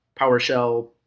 PowerShell